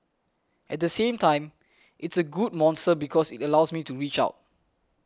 at the same time it's a good monster because it allows me to reach out